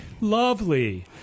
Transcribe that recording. Lovely